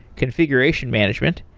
configuration management,